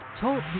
Talk